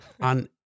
on